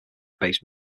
based